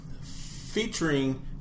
featuring